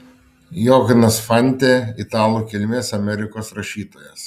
johnas fante italų kilmės amerikos rašytojas